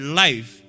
life